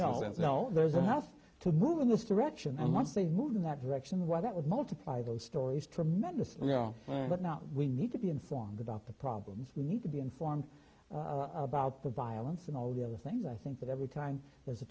physicians there's enough to move in this direction and once they move in that direction well that would multiply those stories tremendously no but now we need to be informed about the problems we need to be informed about the violence and all the other things i think that every time there's a